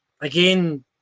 again